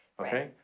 okay